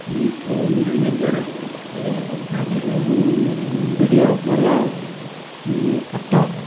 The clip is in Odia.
ଏହି ଫୋନ୍ ଆଣିବା ଦ୍ଵାରା ଭଲ କଥା ଭଲ ଭିଡ଼ିଓ ଭଲ ଇଏ ଫଟୋ